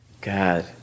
God